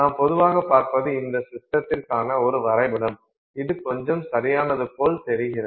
நாம் பொதுவாகப் பார்ப்பது இந்த சிஸ்டத்திற்கான ஒரு வரைபடம் இது கொஞ்சம் சரியானது போல் தெரிகிறது